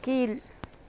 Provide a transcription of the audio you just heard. கீழ்